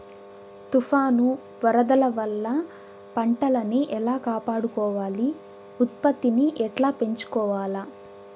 తుఫాను, వరదల వల్ల పంటలని ఎలా కాపాడుకోవాలి, ఉత్పత్తిని ఎట్లా పెంచుకోవాల?